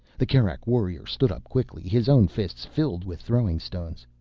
the kerak warrior stood up quickly, his own fists filled with throwing stones.